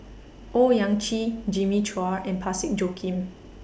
Owyang Chi Jimmy Chua and Parsick Joaquim